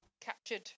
captured